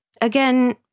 again